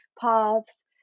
paths